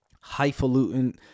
highfalutin